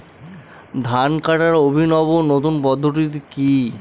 ধান কাটার অভিনব নতুন পদ্ধতিটি কি?